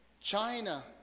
China